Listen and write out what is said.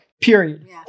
period